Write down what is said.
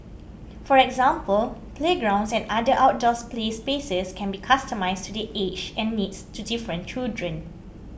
for example playgrounds and other outdoors play spaces can be customised to the ages and needs to different children